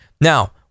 Now